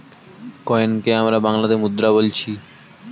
কয়েনকে আমরা বাংলাতে মুদ্রা বোলছি